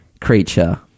creature